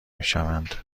میشوند